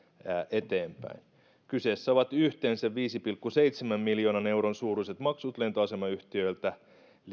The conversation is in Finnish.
eteenpäin kyseessä ovat yhteensä viiden pilkku seitsemän miljoonan euron suuruiset maksut lentoasemayhtiöltä